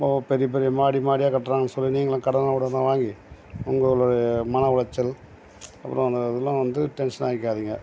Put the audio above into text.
இப்போது பெரிய பெரிய மாடி மாடியாக கட்டுறாங்கன்னு சொல்லி நீங்களும் கடனை உடன் வாங்கி உங்களுடைய மனஉளைச்சல் அப்புறம் அந்த இதுலாம் வந்து டென்சன் ஆகிக்காதீங்க